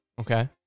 Okay